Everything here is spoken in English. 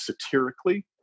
satirically